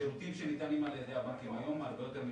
השירותים שניתנים על ידי הבנקים היום הרבה יותר משוכללים.